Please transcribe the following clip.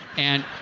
and